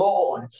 Lord